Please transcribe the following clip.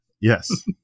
Yes